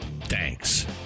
thanks